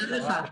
תודה לך.